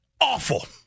Awful